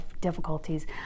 difficulties